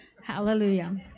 Hallelujah